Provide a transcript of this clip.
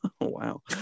Wow